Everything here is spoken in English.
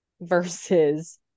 versus